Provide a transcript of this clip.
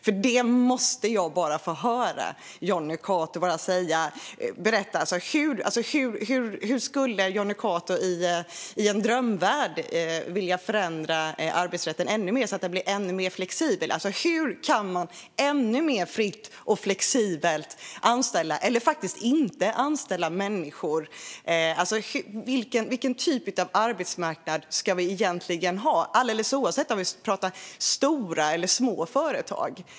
Jag måste få höra Jonny Cato berätta hur han i en drömvärld skulle vilja förändra arbetsrätten ännu mer så att den blir ännu mer flexibel. Hur kan man ännu mer fritt och flexibelt anställa, eller faktiskt inte anställa, människor? Vilken typ av arbetsmarknad ska vi egentligen ha, oavsett om vi pratar om stora eller små företag?